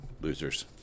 losers